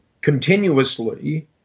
continuously